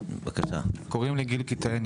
קוראים לי גיל קיטאי.